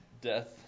death